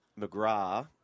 McGrath